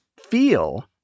feel